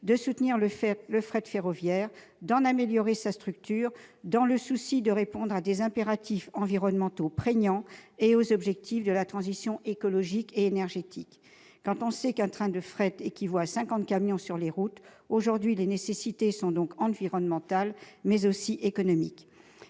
de soutenir le fret ferroviaire et d'en améliorer sa structure, dans le souci de répondre à des impératifs environnementaux prégnants et aux objectifs de la transition écologique et énergétique. Quand on sait qu'un train de fret équivaut à 50 camions sur les routes, les nécessités sont donc non seulement environnementales, mais aussi économiques.